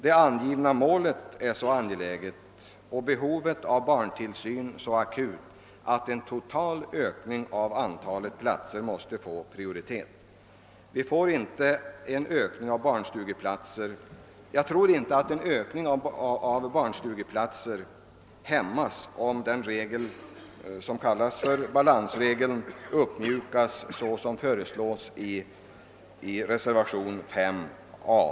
Det angivna målet är så angeläget och behovet av barntillsyn så akut, att en total ökning av antalet platser måste få prioritet. Jag tror inte att utvecklingen mot en ökning av antalet barnstugeplatser hämmas, om den regel som kallas för balansregeln uppmjukas, såsom föreslås i reservation 5 a.